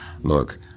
look